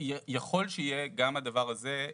יכול שיהיה גם הדבר הזה,